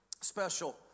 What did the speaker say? special